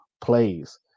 Plays